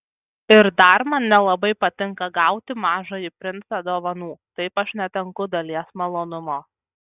ir dar man nelabai patinka gauti mažąjį princą dovanų taip aš netenku dalies malonumo